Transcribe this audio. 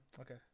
okay